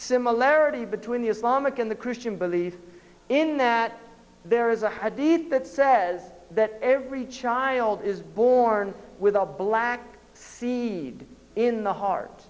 similarity between the islamic and the christian belief in that there is a how did that says that every child is born with all black seeds in the heart